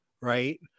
right